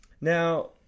Now